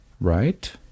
right